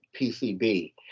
PCB